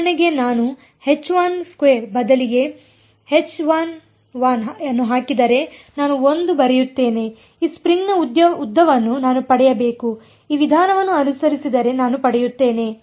ಉದಾಹರಣೆಗೆ ನಾನು ಬದಲಿಗೆ ಅನ್ನು ಹಾಕಿದರೆ ನಾನು 1 ಬರೆಯುತ್ತೇನೆ ಈ ಸ್ಟ್ರಿಂಗ್ನ ಉದ್ದವನ್ನು ನಾನು ಪಡೆಯಬೇಕು ಈ ವಿಧಾನವನ್ನು ಅನುಸರಿಸಿದರೆ ನಾನು ಪಡೆಯುತ್ತೇನೆ